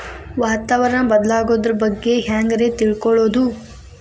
ವಾತಾವರಣ ಬದಲಾಗೊದ್ರ ಬಗ್ಗೆ ಹ್ಯಾಂಗ್ ರೇ ತಿಳ್ಕೊಳೋದು?